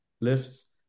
lifts